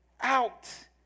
out